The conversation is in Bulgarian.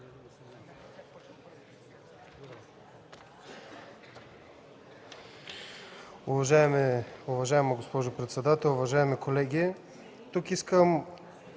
Уважаема госпожо председател, уважаеми колеги! Тук искам